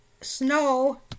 snow